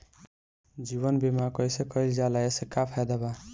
जीवन बीमा कैसे कईल जाला एसे का फायदा बा?